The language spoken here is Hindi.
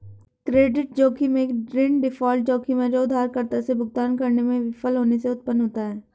क्रेडिट जोखिम एक ऋण डिफ़ॉल्ट जोखिम है जो उधारकर्ता से भुगतान करने में विफल होने से उत्पन्न होता है